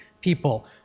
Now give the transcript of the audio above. people